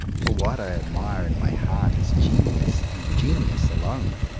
for what i admire in my heart is genius, and genius alone.